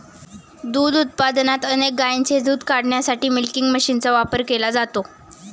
दूध उत्पादनात अनेक गायींचे दूध काढण्यासाठी मिल्किंग मशीनचा वापर केला जातो